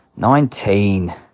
Nineteen